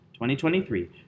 2023